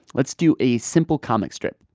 let's do a simple comic strip.